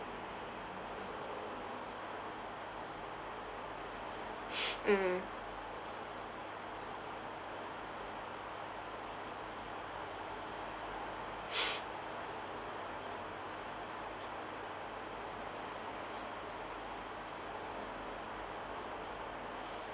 mm